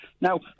Now